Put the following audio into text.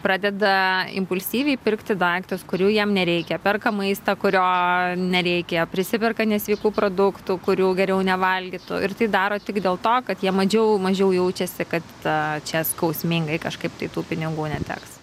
pradeda impulsyviai pirkti daiktus kurių jam nereikia perka maistą kurio nereikia prisiperka nesveikų produktų kurių geriau nevalgytų ir tai daro tik dėl to kad jie mažiau mažiau jaučiasi kad a čia skausmingai kažkaip tai tų pinigų neteks